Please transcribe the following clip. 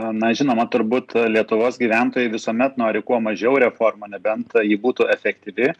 na žinoma turbūt lietuvos gyventojai visuomet nori kuo mažiau reformų nebent ji būtų efektyvi